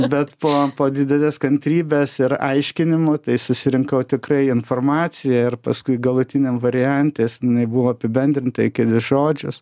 bet po po didelės kantrybės ir aiškinimų tai susirinkau tikrai informaciją ir paskui galutiniam variante jinai buvo apibendrinta į kelis žodžius